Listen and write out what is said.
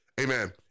Amen